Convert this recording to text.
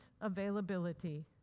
availability